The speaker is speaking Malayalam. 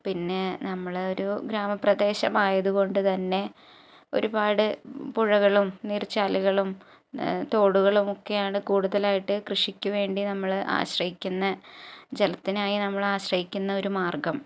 പിന്നെ നമ്മള് ഒരു ഗ്രാമ പ്രദേശമായത് കൊണ്ട്തന്നെ ഒരുപാട് പുഴകളും നീർച്ചാലുകളും തോടുകളും ഒക്കെയാണ് കൂടുതലായിട്ട് കൃഷിക്ക് വേണ്ടി നമ്മള് ആശ്രയിക്കുന്നെ ജലത്തിനായി നമ്മള് ആശ്രയിക്കുന്ന ഒരു മാർഗം